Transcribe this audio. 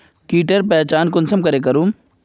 कीटेर पहचान कुंसम करे करूम?